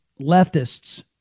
leftists